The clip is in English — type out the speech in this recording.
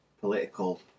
political